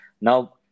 now